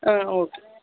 okay